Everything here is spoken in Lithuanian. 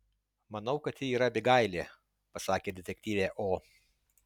manau kad ji yra abigailė pasakė detektyvė o